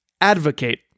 advocate